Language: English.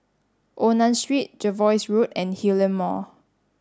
Onan Road Jervois Road and Hillion Mall